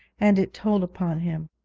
and it told upon him.